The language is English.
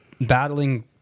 battling